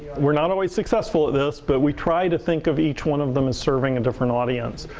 we're not always successful at this, but we try to think of each one of them as serving a different audience.